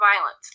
violence